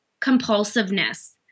compulsiveness